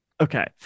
Okay